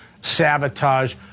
sabotage